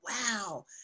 wow